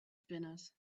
spinners